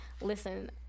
listen